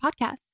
podcasts